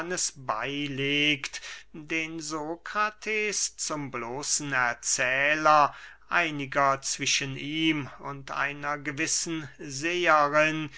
den sokrates zum bloßen erzähler einiger zwischen ihm und einer gewissen seherin